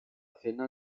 cena